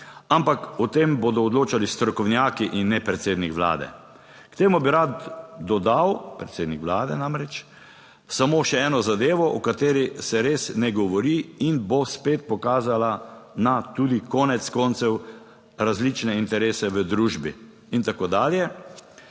ampak o tem bodo odločali strokovnjaki in ne predsednik Vlade. K temu bi rad dodal…" - predsednik Vlade namreč, - "…samo še eno zadevo, o kateri se res ne govori in bo spet pokazala na tudi konec koncev različne interese v družbi…" In tako dalje.